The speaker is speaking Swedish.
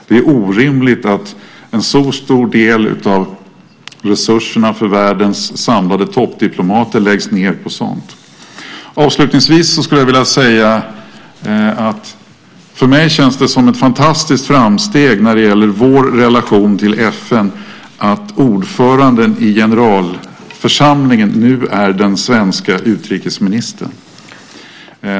Det är orimligt att en så stor del av resurserna för världens samlade toppdiplomater läggs ned på sådant. Avslutningsvis skulle jag vilja säga att för mig känns det som ett fantastiskt framsteg när det gäller vår relation till FN att ordföranden i generalförsamlingen nu är den svenska utrikesministern.